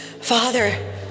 Father